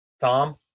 Tom